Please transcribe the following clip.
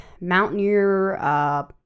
Mountaineer